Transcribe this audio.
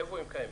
איפה הם קיימים?